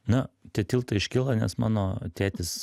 na tie tiltai iškyla nes mano tėtis